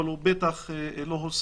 אבל הוא בטח לא הושג